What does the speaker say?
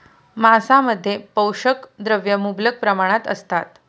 मांसामध्ये पोषक द्रव्ये मुबलक प्रमाणात असतात